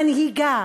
מנהיגה,